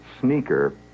sneaker